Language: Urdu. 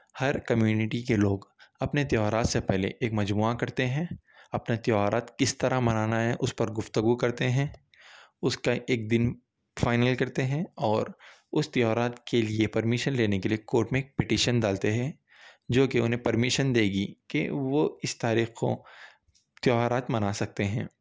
ہر کمیونٹی کے لوگ اپنے تہوارات سے پہلے ایک مجموعہ کرتے ہیں اپنا تہوارات کس طرح منانا ہے اُس پر گفتگو کرتے ہیں اُس کا ایک دِن فائنل کرتے ہیں اور اُس تہوارات کے لئے پرمیشن لینے کے لئے کورٹ میں پٹیشن ڈالتے ہیں جو کہ اُنہیں پرمیشن دے گی کہ وہ اِس تاریخ کو تہوارات منا سکتے ہیں